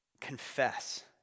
confess